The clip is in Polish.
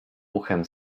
uchem